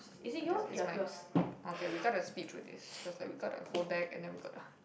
and this is mine we okay we got to speed through this cause like we got the whole deck and then we got ugh